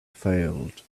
failed